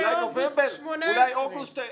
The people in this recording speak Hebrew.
אולי נובמבר,